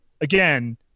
again